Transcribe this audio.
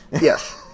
Yes